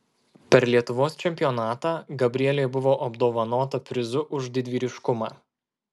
per lietuvos čempionatą gabrielė buvo apdovanota prizu už didvyriškumą